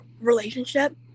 relationship